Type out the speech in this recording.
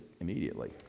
immediately